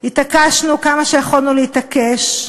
התעקשנו כמה שיכולנו להתעקש,